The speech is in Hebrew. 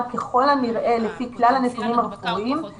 הורים שעובדים בעבודה חיונית מתקשים לצאת